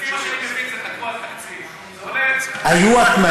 לפי מה שהם זה תקוע, היו התניות?